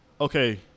Okay